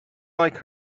like